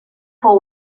fou